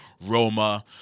Roma